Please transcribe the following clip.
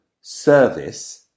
service